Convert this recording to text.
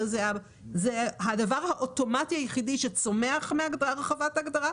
הדבר האוטומטי היחיד שצומח מהרחבת ההגדרה,